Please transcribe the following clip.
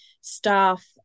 staff